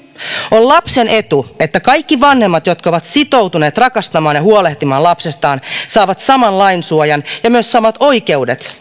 on lapsen etu että kaikki vanhemmat jotka ovat sitoutuneet rakastamaan ja huolehtimaan lapsestaan saavat saman lainsuojan ja myös samat oikeudet